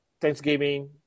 Thanksgiving